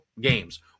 games